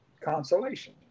consolation